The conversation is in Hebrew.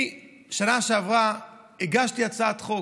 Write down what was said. בשנה שעברה הגשתי הצעת חוק,